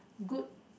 good